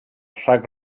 rhag